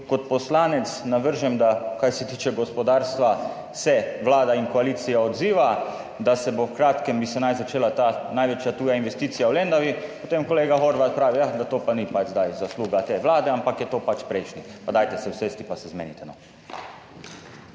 kot poslanec navržem, da kar se tiče gospodarstva, se vlada in koalicija odzivata, da naj bi se v kratkem začela ta največja tuja investicija v Lendavi, potem kolega Horvat pravi, ja da to pa pač ni zdaj zasluga te vlade, ampak je to pač prejšnje. Pa dajte se usesti pa se zmenite,